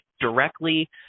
directly